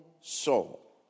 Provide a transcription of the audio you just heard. soul